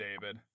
David